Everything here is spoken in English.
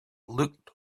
looked